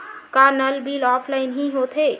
का नल bill offline हि होथे?